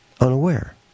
unaware